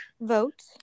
vote